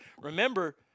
Remember